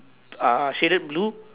ah shaded blue